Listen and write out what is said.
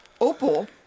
Opal